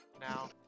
now